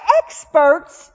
experts